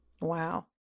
wow